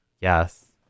Yes